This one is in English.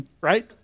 Right